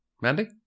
Mandy